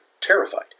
terrified